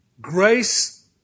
Grace